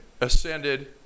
ascended